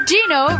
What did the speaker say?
Gino